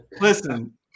Listen